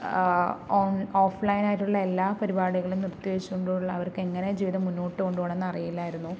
on offline ആയിട്ടുള്ള എല്ലാ പരിപാടികളും നിർത്തിവച്ചു കൊണ്ടുള്ള അവർക്ക് എങ്ങനെ ജീവിതം മുന്നോട്ടു കൊണ്ടുപോകണമെന്ന് അറിയില്ലായിരുന്നു